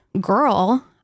girl